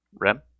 Rem